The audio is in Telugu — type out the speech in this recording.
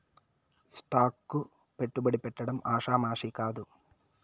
స్టాక్ కు పెట్టుబడి పెట్టడం ఆషామాషీ కాదు